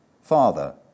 father